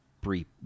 brief